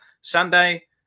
Sunday